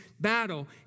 battle